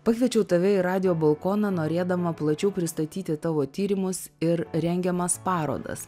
pakviečiau tave į radijo balkoną norėdama plačiau pristatyti tavo tyrimus ir rengiamas parodas